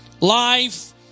life